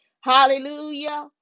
Hallelujah